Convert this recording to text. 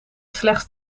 slechts